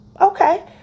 okay